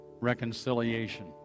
reconciliation